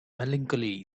melancholy